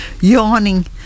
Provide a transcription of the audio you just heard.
yawning